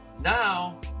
Now